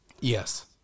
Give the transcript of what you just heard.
Yes